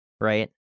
Right